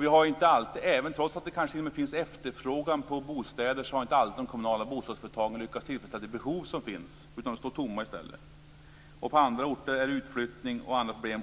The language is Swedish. Vi har inte alltid, trots att det t.o.m. finns efterfrågan på bostäder, i de kommunala bostadsföretagen lyckats tillfredsställa de behov som finns, utan lägenheterna står tomma i stället. På andra orter är det utflyttning och andra problem.